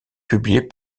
publiée